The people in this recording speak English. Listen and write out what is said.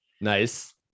Nice